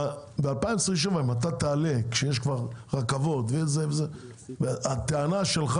ב-2027 אם אתה תעלה כשיש כבר רכבות והטענה שלך